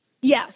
Yes